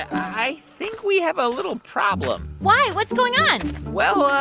i think we have a little problem why? what's going on? well,